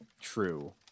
true